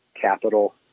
capital